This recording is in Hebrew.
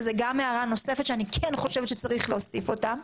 וזה גם הערה נוספת שאני כן חושבת שצריך להוסיף אותה.